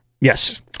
Yes